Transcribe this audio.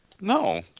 No